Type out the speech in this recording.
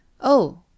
Oh